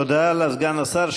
תודה, לסגן השר.